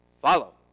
follow